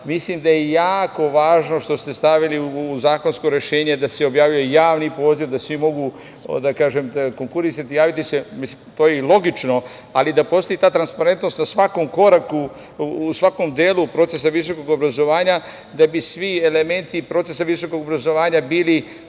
tela. Jako je važno što ste stavili u zakonsko rešenje da se objavljuje javni poziv, da svi mogu konkurisati i javiti se. To je i logično, ali treba i da postoji ta transparentnost na svakom koraku, u svakom delu procesa visokog obrazovanja, da bi svi elementi procesa visokog obrazovanja bili